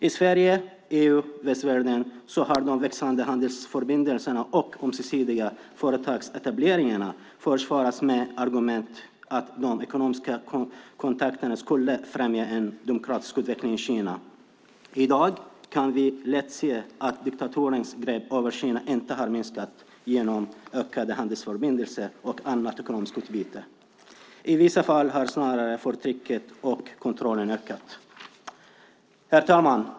I Sverige, EU och västvärlden har de växande handelsförbindelserna och ömsesidiga företagsetableringarna försvarats med argumentet att de ekonomiska kontakterna skulle främja en demokratisk utveckling i Kina. I dag kan vi lätt se att diktaturens grepp över Kina inte har minskat genom ökade handelsförbindelser och annat ekonomiskt utbyte. I vissa fall har snarare förtrycket och kontrollen ökat. Herr talman!